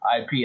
IP